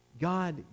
God